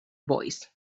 boys